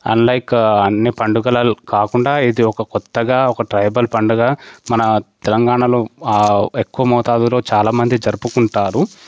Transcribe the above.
unlike అన్నీ పండగలు కాకుండా ఇది ఒక క్రొత్తగా ట్రైబల్ పండగగా మన తెలంగాణలో ఎక్కువ మోతాదులో చాలా మంది జరుపుకుంటారు